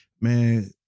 man